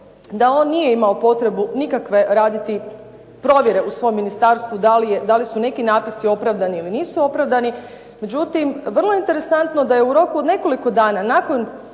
da on nije imao potrebu nikakve raditi provjere u svom ministarstvu da li su neki napisi opravdani ili nisu opravdani. Međutim, vrlo je interesantno da je u roku od nekoliko dana nakon